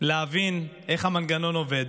להבין איך המנגנון עובד,